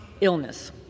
illness